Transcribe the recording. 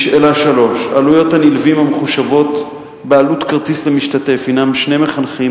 3. עלויות הנלווים המחושבות בעלות כרטיס למשתתף הן שני מחנכים,